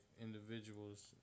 individuals